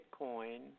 Bitcoin